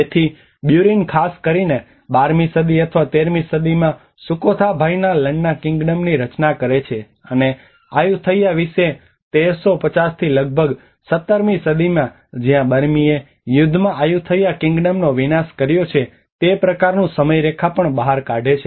તેથી બ્યુરીન ખાસ કરીને 12 મી સદી અથવા 13 મી સદીમાં સુખોથાભાઇના લન્ના કિંગડમની રચના કરે છે અને આયુથૈયા વિશે 1350 થી લગભગ 17 મી સદીમાં જ્યાં બર્મીએ યુદ્ધમાં આયુથૈયા કિંગડમનો વિનાશ કર્યો છે તે પ્રકારનું સમયરેખા પણ બહાર કાઢે છે